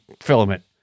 filament